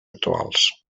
actuals